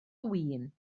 win